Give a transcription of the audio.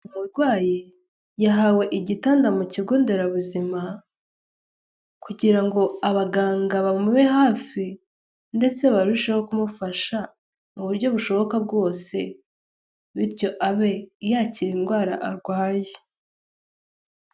Umurwayi yahawe igitanda mu kigo nderabuzima, kugirango abaganga bamube hafi ndetse barusheho kumufasha mu buryo bushoboka bwose, bityo abe yakira indwara arwaye.